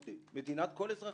מדינת כל אזרחיה.